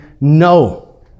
no